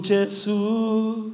Jesus